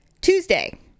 Tuesday